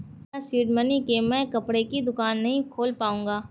बिना seed money के मैं कपड़े की दुकान नही खोल पाऊंगा